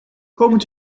komend